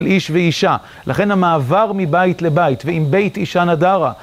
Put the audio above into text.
איש ואישה, לכן המעבר מבית לבית ועם בית אישה נדרה